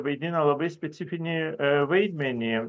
vaidino labai specifinį vaidmenį